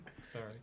Sorry